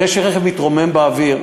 זה שרכב מתרומם באוויר,